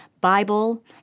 Bible